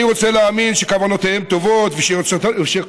אני רוצה להאמין שכוונותיהם טובות וכל